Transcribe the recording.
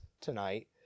tonight